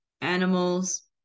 animals